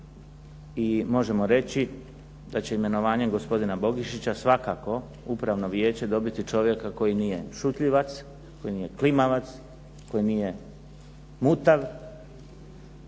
i možemo reći da će imenovanje gospodina Bogišića svakako upravno vijeće dobiti čovjeka koji nije šutljivac, koji nije klimavac, koji nije mutav